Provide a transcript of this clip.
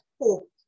hope